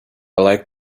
like